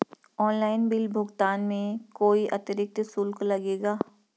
Online bill भुगतान में कोई अतिरिक्त शुल्क लगेगा?